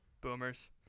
boomers